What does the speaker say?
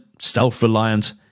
self-reliant